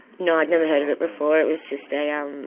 no, i'd never heard of it before. it was just a, um